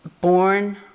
Born